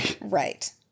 Right